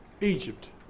Egypt